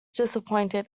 disappointed